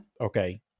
okay